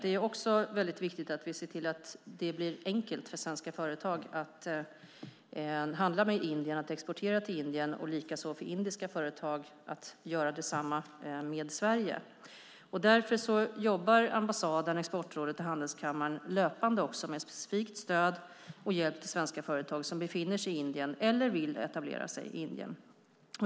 Det är också viktigt att vi ser till att det blir enkelt för svenska företag att handla med Indien och att exportera till Indien och likaså för indiska företag att göra detsamma med Sverige. Därför jobbar ambassaden, Exportrådet och handelskammaren löpande med specifikt stöd och hjälp till svenska företag som befinner sig i Indien eller vill etablera sig i Indien.